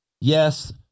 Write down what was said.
Yes